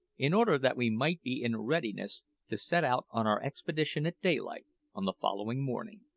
in order that we might be in readiness to set out on our expedition at daylight on the following morning.